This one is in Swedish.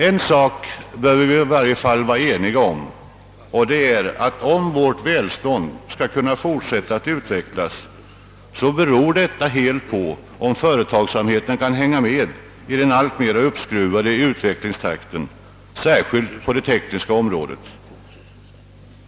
En sak bör vi i alla fall vara ense om, nämligen att om vårt välstånd skall kunna fortsätta att utvecklas, så beror detta till stor del på om företagsamheten kan hänga med i den alltmer uppskruvade utvecklingstakten, särskilt på det tekniska området.